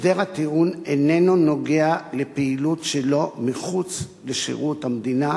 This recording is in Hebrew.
הסדר הטיעון איננו נוגע לפעילות שלו מחוץ לשירות המדינה,